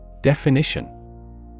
definition